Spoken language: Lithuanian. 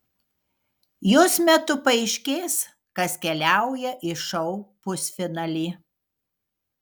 jos metu paaiškės kas keliauja į šou pusfinalį